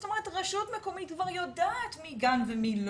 זאת אומרת, רשות מקומית כבר יודעת מי גן ומי לא.